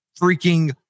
freaking